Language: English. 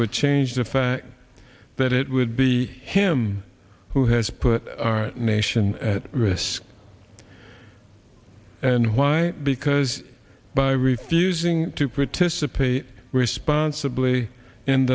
which change the fact that it would be him who has put our nation at risk and why because by refusing to participate responsibly